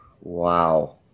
wow